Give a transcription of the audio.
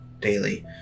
daily